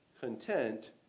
content